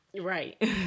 Right